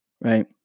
right